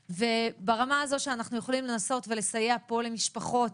וברמה הזאת שאנחנו יכולים לנסות לסייע פה למשפחות